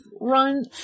run